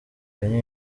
kenya